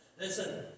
listen